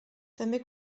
també